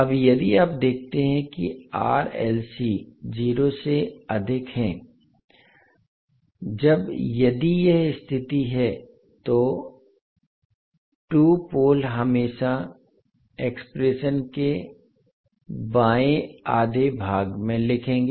अब यदि आप देखते हैं कि R L C 0 से अधिक है जब यदि यह स्थिति है तो 2 पोल हमेशा एक्सप्रेशन के बाएं आधे भाग में लिखेंगे